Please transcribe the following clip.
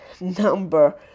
number